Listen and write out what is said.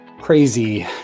crazy